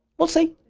we'll see.